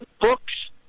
books